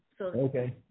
Okay